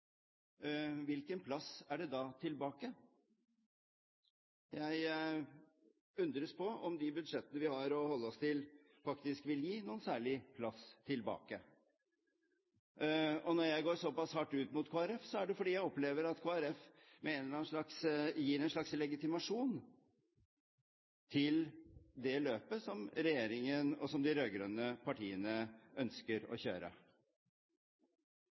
Hvilken plass er det da tilbake? Jeg undres på om de budsjettene vi har å holde oss til, faktisk vil gi noen særlig plass tilbake. Når jeg går såpass hardt ut mot Kristelig Folkeparti, er det fordi jeg opplever at Kristelig Folkeparti gir en slags legitimitet til det løpet regjeringen og de rød-grønne partiene ønsker å kjøre.